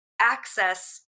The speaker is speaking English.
access